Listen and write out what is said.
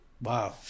Wow